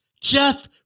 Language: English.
Jeff